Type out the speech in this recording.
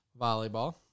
volleyball